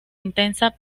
intensa